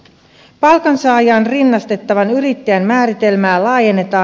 palkansaajaan rinnastettavan yrittäjän määritelmää laajennetaan